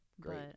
Great